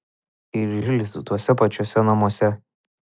ir žilsi tuose pačiuose namuose